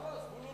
למה?